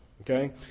Okay